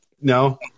No